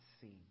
seen